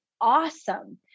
awesome